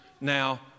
now